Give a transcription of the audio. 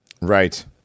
Right